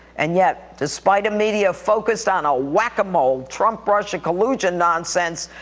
and yet, despite a media focused on a whack-a-mole trump-russia collusion nonsense,